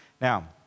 Now